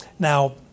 Now